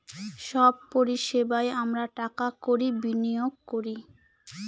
সব পরিষেবায় আমরা টাকা কড়ি বিনিয়োগ করি